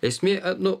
esmė nu